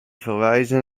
verwijzen